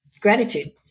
gratitude